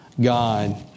God